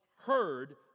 heard